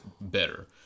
better